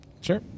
Sure